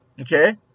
okay